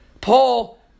Paul